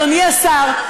אדוני השר,